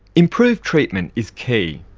improved treatment is key,